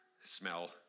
smell